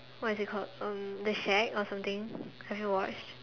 what is it called um the shack or something have you watched